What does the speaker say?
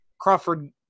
Crawford